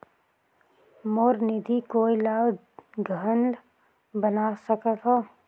मोर निधि कोई ला घल बना सकत हो?